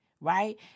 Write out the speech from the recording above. right